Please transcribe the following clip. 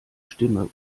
stimme